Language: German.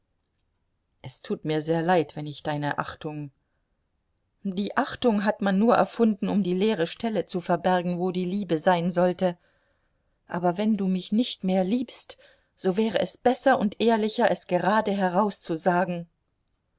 es tut mir sehr leid wenn ich deine achtung die achtung hat man nur erfunden um die leere stelle zu verbergen wo die liebe sein sollte aber wenn du mich nicht mehr liebst so wäre es besser und ehrlicher es geradeheraus zu sagen